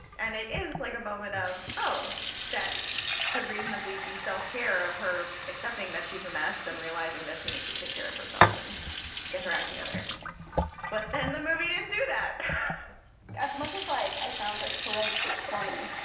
and it is like a moment of oh that could reasonably be self care of her accepting that she's a mess and realizing that she needs to take care of herself and get her act together but then the movie didn't do that as much as like i found this horrendously corny.